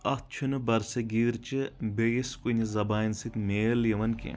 اتھ چھُنہٕ برصغیٖرچہِ بیٚیِس کُنہِ زبانہِ سۭتۍ میل یِوان کینٛہہ